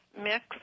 mix